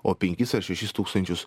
o penkis ar šešis tūkstančius